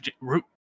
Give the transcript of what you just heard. Root